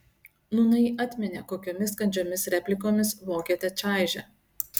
nūnai atminė kokiomis kandžiomis replikomis vokietę čaižė